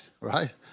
right